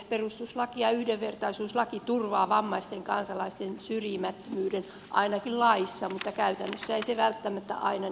perustuslaki ja yhdenvertaisuuslaki turvaavat vammaisten kansalaisten syrjimättömyyden ainakin laissa mutta käytännössä ei se välttämättä aina ole niin